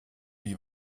die